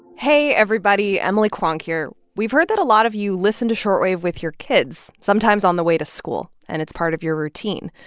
hey, everybody. emily kwong here. we've heard that a lot of you listen to short wave with your kids, sometimes on the way to school, and it's part of your routine.